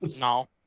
No